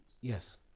Yes